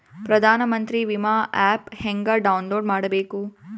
ಪ್ರಧಾನಮಂತ್ರಿ ವಿಮಾ ಆ್ಯಪ್ ಹೆಂಗ ಡೌನ್ಲೋಡ್ ಮಾಡಬೇಕು?